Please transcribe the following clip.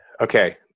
Okay